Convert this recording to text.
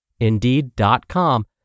Indeed.com